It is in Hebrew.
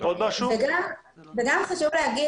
חשוב להגיד